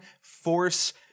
force